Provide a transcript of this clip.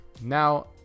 Now